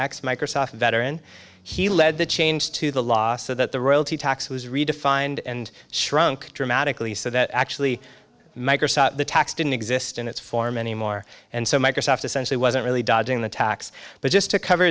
x microsoft veteran he led the change to the law so that the royalty tax was redefined and shrunk dramatically so that actually the tax didn't exist in its form anymore and so microsoft essentially wasn't really dodging the tax but just to cover